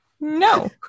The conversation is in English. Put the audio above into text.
No